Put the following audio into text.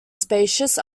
spacious